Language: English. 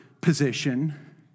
position